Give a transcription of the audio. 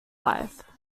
life